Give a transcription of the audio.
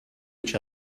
each